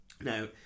Now